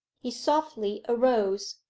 he softly arose,